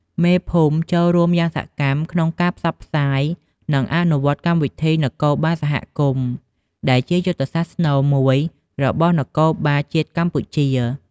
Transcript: មេភូមិចូលរួមយ៉ាងសកម្មក្នុងការផ្សព្វផ្សាយ និងអនុវត្តកម្មវិធីនគរបាលសហគមន៍ ដែលជាយុទ្ធសាស្ត្រស្នូលមួយរបស់នគរបាលជាតិកម្ពុជា។